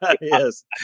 Yes